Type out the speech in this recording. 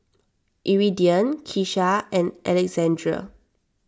Iridian Kesha and Alexandr